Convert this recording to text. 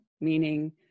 meaning